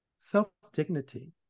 Self-dignity